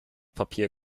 papier